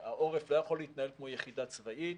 העורף לא יכול להתנהל כמו יחידה צבאית,